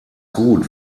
gut